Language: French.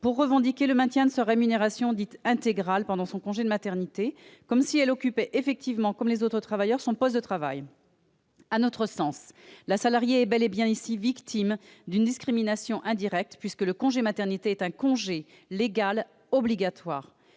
pour revendiquer le maintien de sa rémunération dite « intégrale » pendant son congé de maternité, comme si elle occupait effectivement, comme les autres salariés, son poste de travail. À notre sens, dans ce cas de figure, la salariée est bel et bien victime d'une discrimination indirecte, puisque le congé de maternité est un congé légal obligatoire.